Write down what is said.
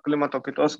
klimato kaitos